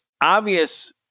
obvious